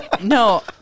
no